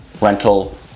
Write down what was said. rental